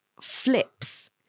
flips